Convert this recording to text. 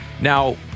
Now